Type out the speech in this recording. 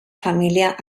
família